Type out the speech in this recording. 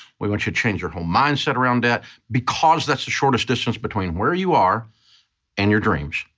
we want you to change your whole mindset around debt because that's the shortest distance between where you are and your dreams,